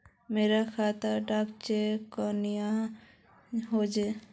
मोर खाता डा चेक क्यानी होचए?